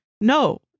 no